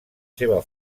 seva